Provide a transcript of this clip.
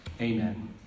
Amen